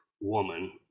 woman